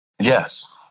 Yes